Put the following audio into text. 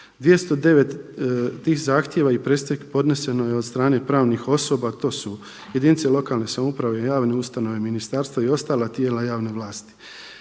209 tih zahtjeva i predstavki podneseno je od strane pravnih osoba to su jedinice lokalne samouprave i javne ustanove, ministarstva i ostala tijela javne vlasti.